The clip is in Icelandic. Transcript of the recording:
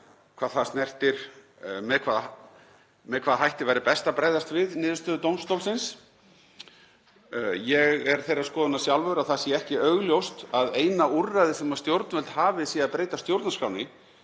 hvað það snertir með hvaða hætti væri best að bregðast við niðurstöðu dómstólsins. Ég er þeirrar skoðunar sjálfur að það sé ekki augljóst að eina úrræðið sem stjórnvöld hafi sé að breyta stjórnarskránni.